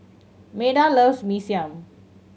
Meda loves Mee Siam